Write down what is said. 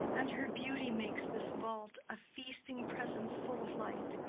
and her beauty makes this vault a feasting presence full of light.